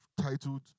titled